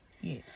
Yes